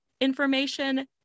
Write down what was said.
information